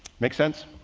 make sense?